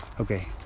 Okay